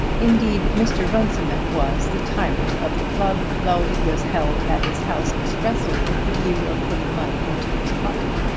indeed mr. runciman was the tyrant of the club, though it was held at his house expressly with the view of putting money into his pocket.